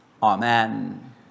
Amen